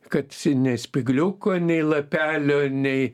kad nei spygliuko nei lapelio nei